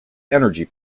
energy